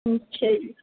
ਅੱਛਾ ਜੀ